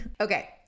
okay